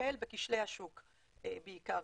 לטפל בכשלי השוק בעיקר.